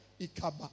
Ikaba